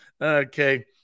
okay